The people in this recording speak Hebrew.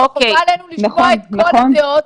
חובה עלינו לשמוע את כל הדעות.